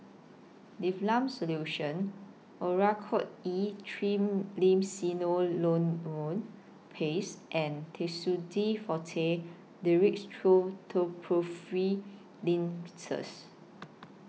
Difflam Solution Oracort E Triamcinolone Paste and Tussidex Forte Dextromethorphan Linctus